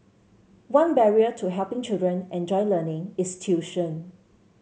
one barrier to helping children enjoy learning is tuition